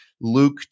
Luke